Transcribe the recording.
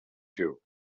two